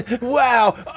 Wow